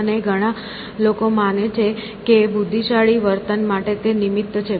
અને ઘણા લોકો માને છે કે બુદ્ધિશાળી વર્તન માટે તે નિમિત્ત છે